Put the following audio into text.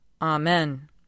Amen